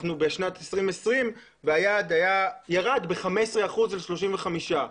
אנחנו בשנת 2020 והיעד ירד ב-15% ל-35%.